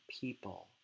people